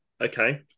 Okay